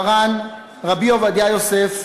מרן רבי עובדיה יוסף,